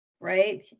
right